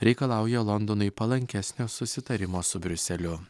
reikalauja londonui palankesnio susitarimo su briuseliu